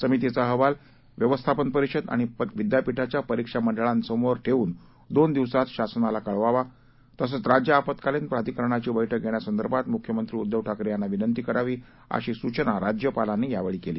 समितीचा अहवाल व्यवस्थापन परिषद आणि विद्यापीठाच्या परीक्षा मंडळासमोर ठेऊन दोन दिवसात शासनाला कळवावा तसंच राज्य आपत्कालीन प्राधिकरणाची बैठक घेण्यासंदर्भात मुख्यमंत्री उद्दव ठाकरे यांना विनंती करावी अशी सूचना राज्यपालांनी यावेळी केली